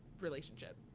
relationship